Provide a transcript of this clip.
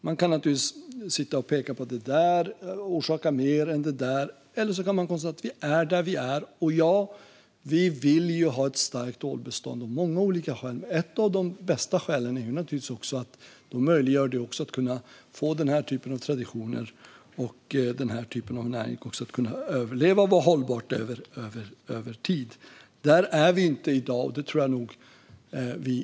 Man kan sitta och peka på att det ena orsakar mer skada än det andra eller så kan man konstatera att vi är där vi är. Ja, vi vill ha ett starkt ålbestånd av många olika skäl. Ett av de bästa skälen är att det också möjliggör att den typen av traditioner och näringar kan överleva och vara hållbara över tid. Där är vi inte i dag.